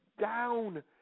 down